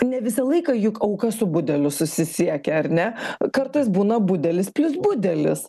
ne visą laiką juk auka su budeliu susisiekia ar ne kartais būna budelis plius budelis